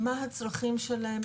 מה הצרכים שלהם,